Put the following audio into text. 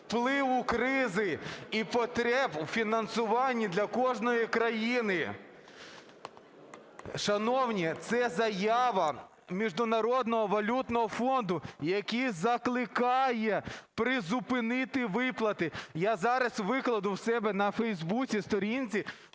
впливу кризи і потреб у фінансуванні для кожної країни. Шановні, це заява Міжнародного валютного фонду, який закликає призупинити виплати. Я зараз викладу у себе на Фейсбуці, сторінці.